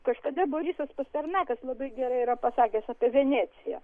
kažkada borisas pasternakas labai gerai yra pasakęs apie veneciją